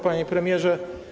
Panie Premierze!